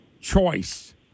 choice